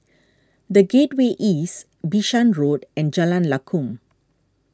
the Gateway East Bishan Road and Jalan Lakum